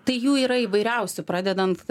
tai jų yra įvairiausių pradedant